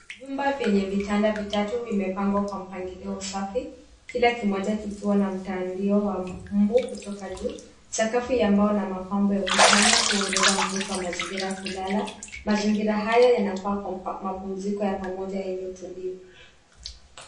Vyumba vyenye vitanda vitatu vimepangwa kwa mpangilio wa usafi, kila kimoja kikiwa na mtandio wa mbu kutoka juu, sakafu ya mbao na mapambo ya ukutani huongeza mvuto wa mazingira ya kulala, mazingira haya yanafaa kumpa mapumziko ya pamoja yaliyotulivu.